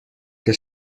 que